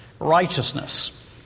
righteousness